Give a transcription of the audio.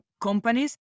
companies